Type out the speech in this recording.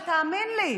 ותאמין לי,